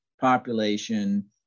population